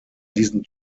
diesen